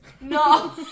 No